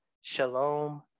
Shalom